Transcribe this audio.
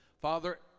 Father